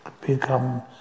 become